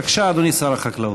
בבקשה, אדוני שר החקלאות.